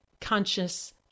conscious